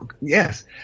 yes